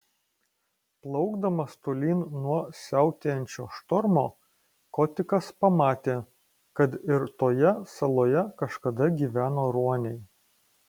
plaukdamas tolyn nuo siautėjančio štormo kotikas pamatė kad ir toje saloje kažkada gyveno ruoniai